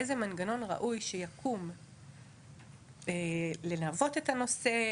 איזה מנגנון ראוי שיקום ללוות את הנושא,